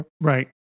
right